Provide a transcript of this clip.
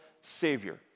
savior